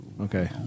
okay